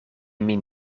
min